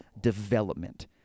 development